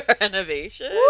renovation